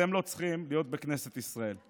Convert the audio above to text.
אתם לא צריכים להיות בכנסת ישראל.